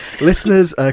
Listeners